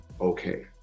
okay